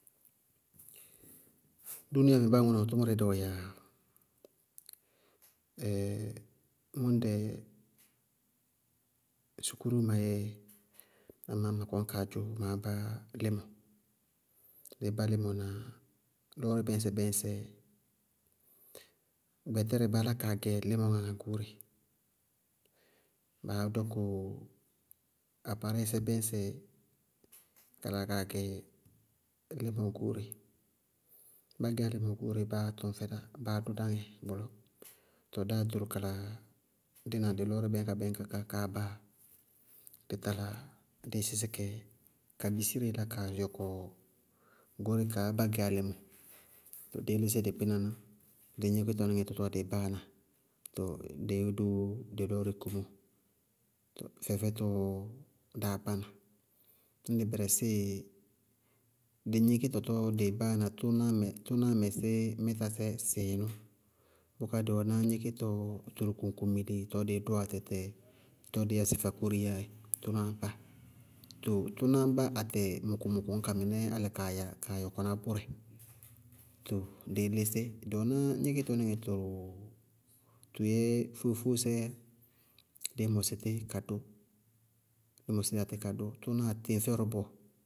Dúúniayamɛ báa aŋʋʋ na ɔ tʋmʋrɛ dɛɛ ɔɔ yɛá yá. mʋ ñdɛ, sukúruú ma yɛɛ mɩnɩɩ ma kɔní kaa dzʋ ma bá límɔ, dɩí bá límɔ na lɔɔrɩ bɛñsɛ-bɛñsɛ. Gbɛtɛrɛ, baá lá kaa gɛ límɔ ŋá ŋa goóre, baá dɔkʋ apaarɛɩsɛ bɛñsɛ ka la kaa gɛ límɔ goóre, bá gɛyá límɔ goóre, báá tɔŋ fɛ dá, báá dʋ dáŋɛ bʋlɔ tɔɔ, dáá doro kala dína dɩ lɔɔrɩ bɛñks-bɛñka ká kaa ba. Dí taláa, díí sísí kɛ, ka bisireé la kaa yɔkɔ goóre kaá bá gɛyá límɔ, tɔɔ díí lísí dɩ kpínaná, dɩ gníkítɔníŋɛ tɔɔ dɩɩ báana, tɔɔ díí dʋ dɩ lɔɔrɩ kumóo, fɛfɛtɔɔ dáá bána, ñ dɩ bɛrɛsíɩ, dɩ gníkítɔ tɔɔ dɩɩ báana, tʋnáá mɛsí mɛtasɛ sɩɩnʋ, bʋká dɩ wɛná gníkítɔ tʋrʋ kuŋkumili tɔɔ dɩɩ dʋwá atɛtɛ, tʋnáá dɩí yá sɩ fakóriyaá dzɛ. Tɔɔ tʋnáá bá atɛ mʋkʋ-mʋkʋ ñka mɩnɛɛ álɩ kaa yɔkɔná bʋrɛ, díí lísí. Dɩ wɛná gníkítɔníŋɛ tʋrʋ, tʋ yɛ fóó-fóósɛɛ yá, díí mɔsɩ tí kadʋ, dí mɔsíya tí kadʋ, tʋnáa teñ fɛdʋ bɔɔ.